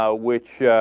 ah which